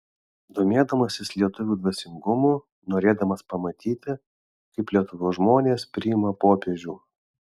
domėdamasis lietuvių dvasingumu norėdamas pamatyti kaip lietuvos žmonės priima popiežių